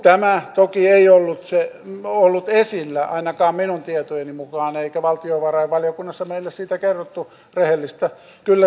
tämä toki ei ollut esillä ainakaan minun tietojeni mukaan eikä valtiovarainvaliokunnassa meille siitä kerrottu rehellisesti